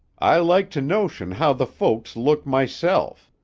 i like to notion how the folks look myself.